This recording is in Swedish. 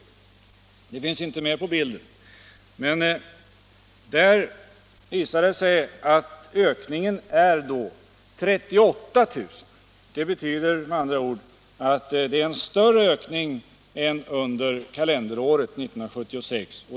Den tiden finns inte med på bilden, men det visar sig att ökningen under den perioden är 38 000. Det betyder med andra ord att det är en större ökning än under kalenderåret 1976.